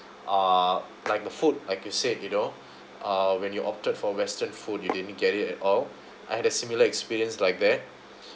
uh like the food like you said you know uh when you're opted for western food you didn't get it at all I had a similar experience like that